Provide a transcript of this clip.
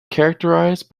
characterised